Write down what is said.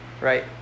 Right